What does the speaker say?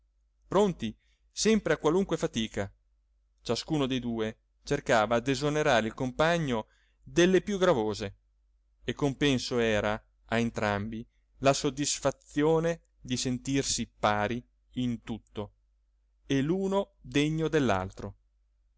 rivalità pronti sempre a qualunque fatica ciascuno dei due cercava d'esonerare il compagno delle più gravose e compenso era a entrambi la soddisfazione di sentirsi pari in tutto e l'uno degno